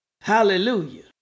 Hallelujah